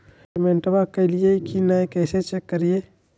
पेमेंटबा कलिए की नय, कैसे चेक करिए?